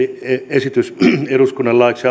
esitys eduskunnalle laiksi